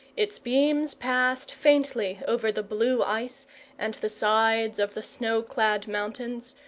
its beams passed faintly over the blue ice and the sides of the snow-clad mountains,